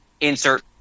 insert